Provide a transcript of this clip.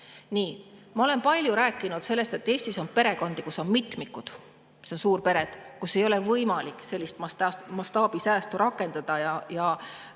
Nii. Ma olen palju rääkinud sellest, et Eestis on perekondi, kus on mitmikud, ka suurperedes, kus ei ole võimalik sellist mastaabisäästu rakendada ja